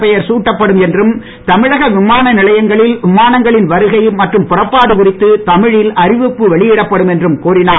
பெயர் சூட்டப்படும் என்றும் தமிழக விமான நிலையங்களில் விமானங்களின் வருகை மற்றும் புறப்பாடு குறித்து தமிழில் அறிவிப்பு வெளியிடப்படும் என்றும் கூறினார்